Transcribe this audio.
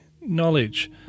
knowledge